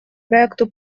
проекту